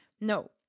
No